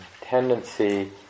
tendency